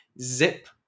zip